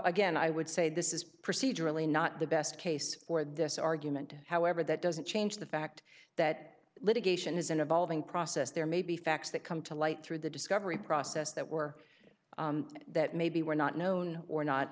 again i would say this is procedurally not the best case for this argument however that doesn't change the fact that litigation is an evolving process there may be facts that come to light through the discovery process that were that maybe were not known or